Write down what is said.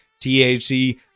THC